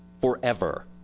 forever